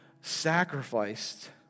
sacrificed